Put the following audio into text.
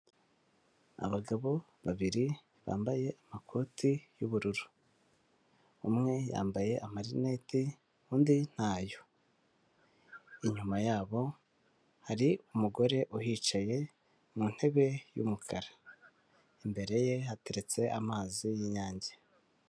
Abagabo babiri bambaye amakoti y'ubururu. Umwe yambaye amarineti undi ntayo. Inyuma yabo hari umugore uhicaye mu ntebe y'umukara. Imbere ye hateretse amazi y'Inyange.